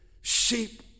sheep